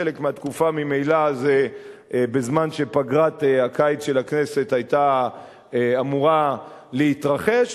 חלק מהתקופה הוא ממילא בזמן שפגרת הקיץ של הכנסת היתה אמורה להתרחש,